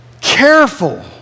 careful